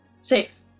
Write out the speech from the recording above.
Safe